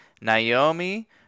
Naomi